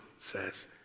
says